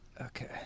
okay